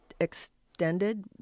extended